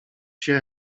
się